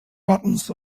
buttons